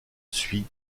suit